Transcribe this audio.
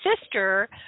sister